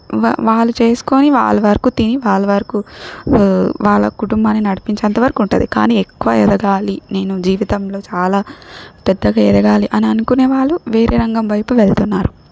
వా వాళ్ళు చేసుకోని వాళ్ళ వరకు తిని వాళ్ళ వరకు వాళ్ళ కుటుంబాన్ని నడిపించేంత వరకుంటాది కాని ఎక్కువ ఎదగాలి నేను జీవితంలో చాలా పెద్దగా ఎదగాలి అననుకునే వాళ్ళు వేరే రంగం వైపు వెళ్తున్నారు